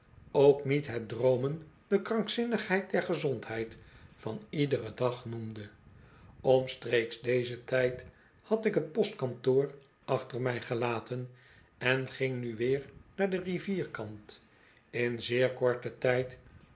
ook niet het droomen de krankzinnigheid der gezondheid van iederen dag noemde omstreeks dezen tijd had ik t postkantoor achter mij gelaten en'ging nu weer naar den rivierkant in zeer korten tijd